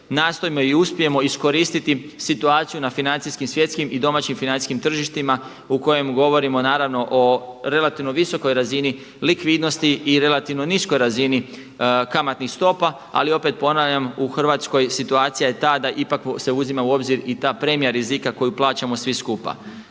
nastojimo i uspijemo iskoristiti situaciju na financijskim, svjetskim i domaćim financijskim tržištima u kojemu govorimo naravno o relativno visokoj razini likvidnosti i relativno niskoj razini kamatnih stopa, ali opet ponavljam u Hrvatskoj situacija je ta da ipak se uzima u obzir i ta premija rizika koju plaćamo svi skupa.